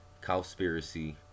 Cowspiracy